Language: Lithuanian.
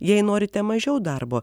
jei norite mažiau darbo